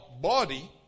body